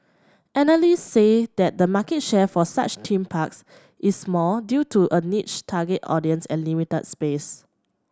analysts say the market share for such theme parks is small due to a niche target audience and limited space